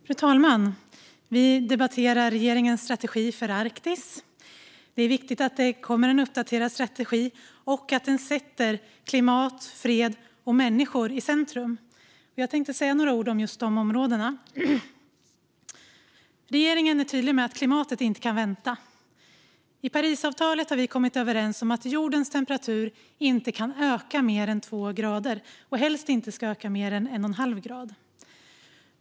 Fru talman! Vi debatterar regeringens strategi för Arktis. Det är viktigt att det kommer en uppdaterad strategi och att den sätter klimat, fred och människor i centrum. Jag tänkte säga några ord om just de områdena. Regeringen är tydlig med att klimatet inte kan vänta. I Parisavtalet har vi kommit överens om att jordens temperatur inte ska öka med mer än 2 grader, helst inte mer än 1 1⁄2 grad.